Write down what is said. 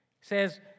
says